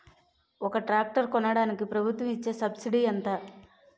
ఒక ట్రాక్టర్ కొనడానికి ప్రభుత్వం ఇచే సబ్సిడీ ఎంత?